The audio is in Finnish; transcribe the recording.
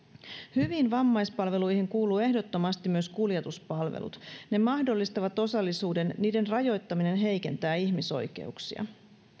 hyviin vammaispalveluihin kuuluvat ehdottomasti myös kuljetuspalvelut ne mahdollistavat osallisuuden niiden rajoittaminen heikentää ihmisoikeuksia